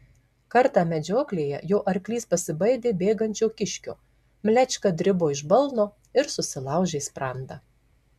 kartą medžioklėje jo arklys pasibaidė bėgančio kiškio mlečka dribo iš balno ir susilaužė sprandą